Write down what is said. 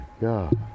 god